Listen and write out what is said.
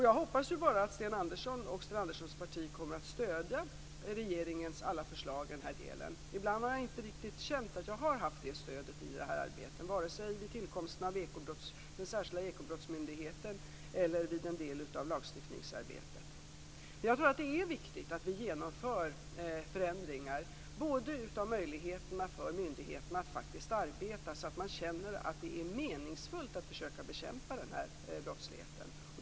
Jag hoppas bara att Sten Anderssons parti kommer att stödja regeringens alla förslag i den här delen. Ibland har jag inte riktigt känt att jag har haft ett sådant stöd i det här arbetet - vare sig vid tillkomsten av den särskilda ekobrottsmyndigheten eller vid en del av lagstiftningsarbetet. Jag tror att det är viktigt att vi genomför förändringar av möjligheterna för myndigheten att faktiskt arbeta så att man känner att det är meningsfullt att försöka bekämpa den här brottsligheten.